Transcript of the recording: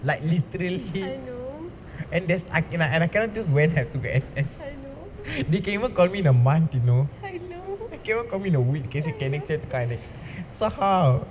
like literally and there's and I just cannot just have to be have they can even call me in a month you know they even call me in a week cay say canex cay the coinex so how